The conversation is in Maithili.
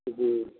जी